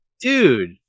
Dude